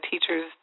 teachers